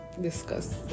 discuss